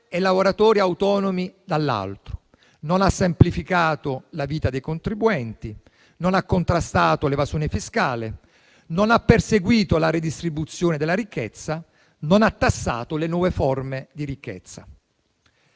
e lavoratori autonomi, dall'altra; non ha semplificato la vita dei contribuenti; non ha contrastato l'evasione fiscale; non ha perseguito la redistribuzione della ricchezza; non ha tassato le nuove forme di ricchezza.